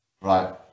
Right